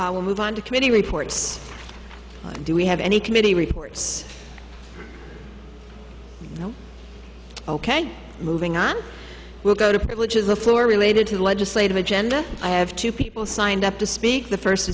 i will move on to committee reports do we have any committee reports ok moving on we'll go to privileges the floor related to the legislative agenda i have two people signed up to speak the first